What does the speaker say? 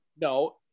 No